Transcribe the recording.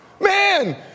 Man